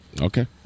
Okay